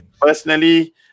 Personally